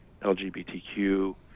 LGBTQ